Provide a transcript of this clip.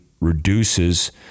reduces